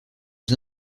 aux